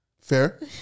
Fair